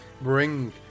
bring